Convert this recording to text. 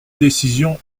décision